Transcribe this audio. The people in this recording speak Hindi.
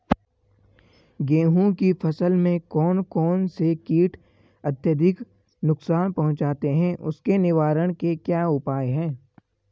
गेहूँ की फसल में कौन कौन से कीट अत्यधिक नुकसान पहुंचाते हैं उसके निवारण के क्या उपाय हैं?